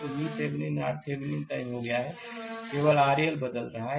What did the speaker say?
तो VThevenin RTheveninतय हो गया है केवल RL बदल रहा है